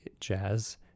jazz